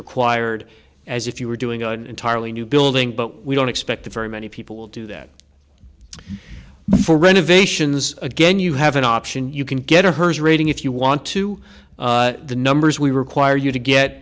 required as if you were doing an entirely new building but we don't expect very many people will do that before renovations again you have an option you can get a hearse rating if you want to the numbers we require you to get